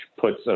puts